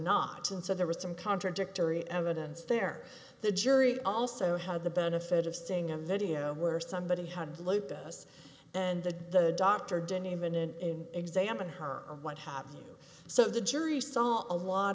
not and so there was some contradictory evidence there the jury also had the benefit of seeing a video where somebody had lupus and the doctor didn't even examine her or what have you so the jury saw a lot